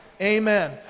Amen